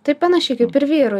tai panašiai kaip ir vyrų